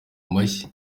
amashyi